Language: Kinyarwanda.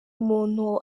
umuntu